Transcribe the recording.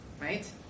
right